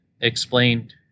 explained